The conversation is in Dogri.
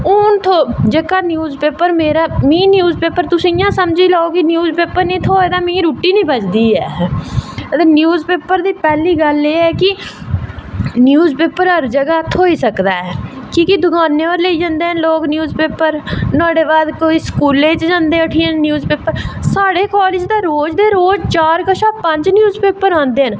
हून जेह्ड़ा न्यूज पेपर न्यूज पेपर तुस इयां समझी लैओ कि न्यूज पेपर नी थ्होऐ तां मिगी रुट्टी नी पचदी ऐ ते न्यूज पेपर दा एह् ऐ कि न्यूज पेपर हर जगाह् थ्होई सकदा ऐ कि के दुकानें पर लेई जंदे न लोग न्यूज पेपर स्कूलें च जंदे उठी न पेपर साढ़े कालेज दे रोज दे चार कसा दा पंज न्यूज पेपर औंदे न